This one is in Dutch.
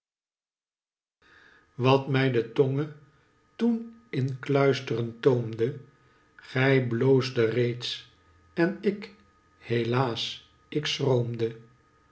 wat mij de tonge toen in kluistren toomde gij bloosdet reeds en ik helaas ik